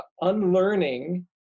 unlearning